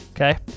Okay